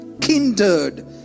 kindred